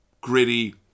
gritty